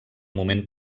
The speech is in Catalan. moment